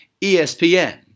ESPN